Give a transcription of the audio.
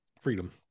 freedom